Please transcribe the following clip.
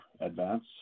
advance